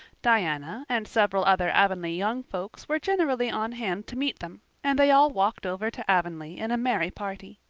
diana and several other avonlea young folks were generally on hand to meet them and they all walked over to avonlea in a merry party.